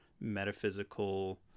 metaphysical